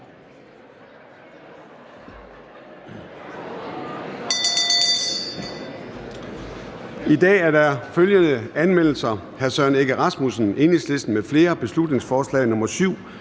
I dag er der følgende anmeldelser: Søren Egge Rasmussen (EL) m.fl.: Beslutningsforslag nr. 7